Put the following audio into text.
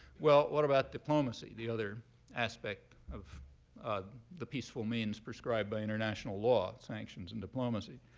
well, what about diplomacy, the other aspect of the peaceful means prescribed by international law, sanctions and diplomacy?